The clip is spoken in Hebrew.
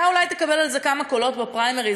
אתה אולי תקבל על זה כמה קולות בפריימריז,